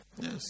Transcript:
Yes